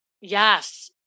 Yes